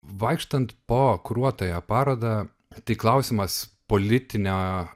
vaikštant po kuruotąją parodą tai klausimas politinę